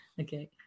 okay